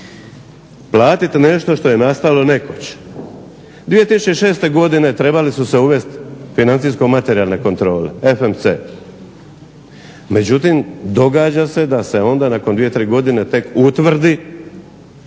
Platiti nešto što je nastalo nekoć. 2006. trebale su se uvesti financijsko materijalne kontrole, FMC, međutim, događa se da se onda nakon 2, 3 godine utvrdi